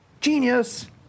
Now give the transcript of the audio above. genius